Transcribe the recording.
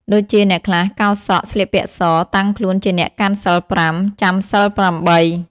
ដូចជាអ្នកខ្លះកោរសក់ ស្លៀកសពាក់ស តាំងខ្លួនជាអ្នកកាន់សីលប្រាំ ចាំសីលប្រាំបី ។